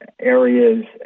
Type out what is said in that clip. areas